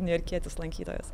niujorkietis lankytojas